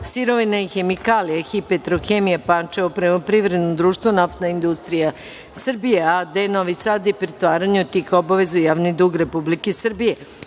sirovina i hemikalija „HIP - Petrohemija“, Pančevo, prema privrednom društvu „Naftna industrija Srbije“, a.d. Novi Sad i pretvaranju tih obaveza u javni dug Republike Srbije,